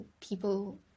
people